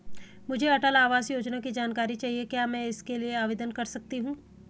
मुझे अटल आवास योजना की जानकारी चाहिए क्या मैं इसके लिए आवेदन कर सकती हूँ?